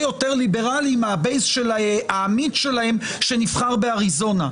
יותר ליברלי מהבייס של העמית שלהם שנבחר באריזונה.